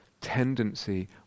tendency